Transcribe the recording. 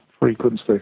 frequency